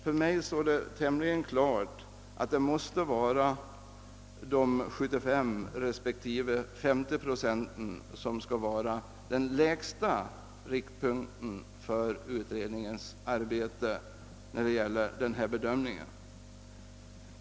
För mig står det tämligen klart att riktpunkten för utredningens bedömning skall vara 75 respektive 50 procent.